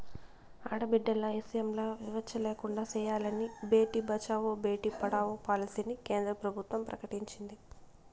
ఆడబిడ్డల ఇసయంల వివచ్చ లేకుండా సెయ్యాలని బేటి బచావో, బేటీ పడావో పాలసీని కేంద్ర ప్రభుత్వం ప్రకటించింది